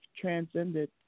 transcended